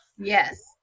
yes